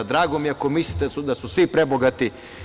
Drago mi je ako mislite da su svi prebogati.